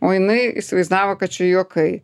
o jinai įsivaizdavo kad čia juokai